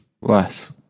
Less